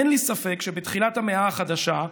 אין לי ספק שבתחילת המאה החדשה"